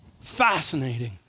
Fascinating